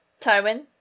Tywin